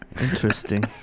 Interesting